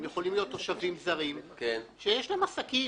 הם יכולים להיות תושבים זרים שיש להם עסקים,